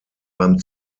beim